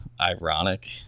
ironic